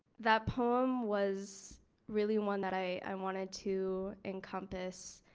that poem was really one that i wanted to encompass.